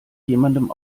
jemandem